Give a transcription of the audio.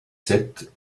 sept